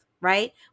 right